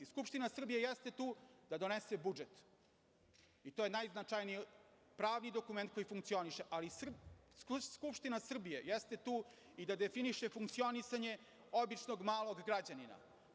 Skupština Srbije jeste tu da donese budžet i to je najznačajniji pravni dokument koji funkcioniše, ali Skupština Srbije jeste tu i da definiše funkcionisanje običnog malog građanina.